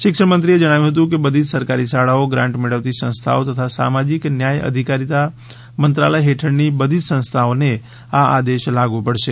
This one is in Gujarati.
શિક્ષણમંત્રીએ જણાવ્યું હતું કે બધી જ સરકારી શાળાઓ ગ્રાન્ટ મેળવતી સંસ્થાઓ તથા સામાજીક ન્યાય અધિકારતી મંત્રાલય હેઠળની બધી જ સંસ્થાઓને આ આદેશ લાગૂ પડશે